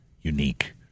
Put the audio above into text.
unique